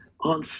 on